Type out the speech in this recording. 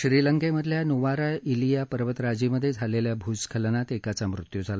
श्रीलंकेमधल्या नुवारा श्लिया पर्वतराजीमधे झालेल्या भू स्खलनात एकाचा मृत्यू झाला